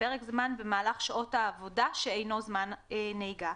פרק זמן במהלך שעות העבודה שאינו זמן נהיגה,